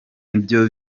ibyo